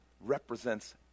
represents